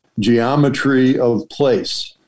geometryofplace